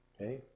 okay